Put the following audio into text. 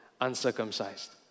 uncircumcised